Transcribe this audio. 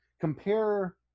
compare